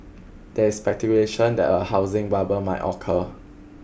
there is speculation that a housing bubble may occur